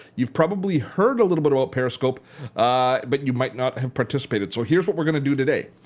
you've probably heard a little but about periscope but you might not have participated so here's what we're going to do today.